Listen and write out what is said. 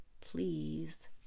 please